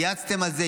צייצתם על זה,